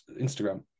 Instagram